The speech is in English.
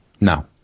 No